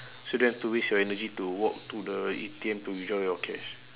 so don't have to waste your energy to walk to the A_T_M to withdraw your cash